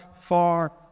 far